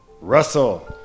Russell